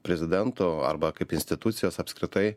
prezidento arba kaip institucijos apskritai